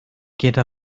gyda